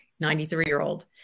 93-year-old